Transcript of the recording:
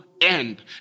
end